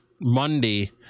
Monday